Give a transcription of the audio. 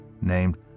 named